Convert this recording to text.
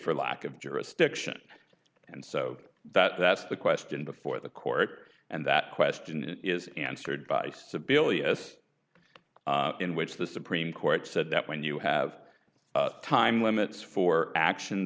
for lack of jurisdiction and so that's the question before the court and that question is answered by sebelius in which the supreme court said that when you have time limits for action